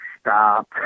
stop